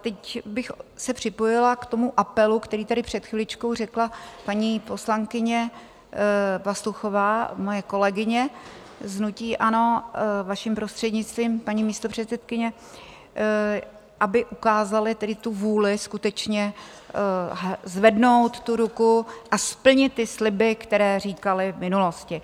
Teď bych se ale připojila k tomu apelu, který tady před chviličkou řekla paní poslankyně Pastuchová, moje kolegyně z hnutí ANO, vaším prostřednictvím, paní místopředsedkyně, aby ukázali tedy tu vůli skutečně zvednout tu ruku a splnit ty sliby, které říkali v minulosti.